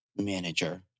manager